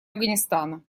афганистана